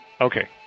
Okay